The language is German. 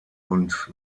und